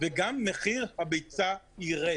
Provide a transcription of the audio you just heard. וגם מחיר הביצה יירד.